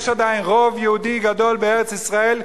יש עדיין רוב יהודי גדול בארץ-ישראל,